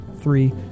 Three